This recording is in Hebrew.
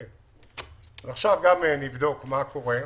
עכשיו גם נבדוק מה קורה.